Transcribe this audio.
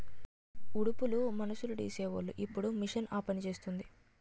ఉడుపులు మనుసులుడీసీవోలు ఇప్పుడు మిషన్ ఆపనిసేస్తాంది